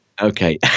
Okay